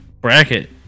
bracket